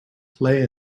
play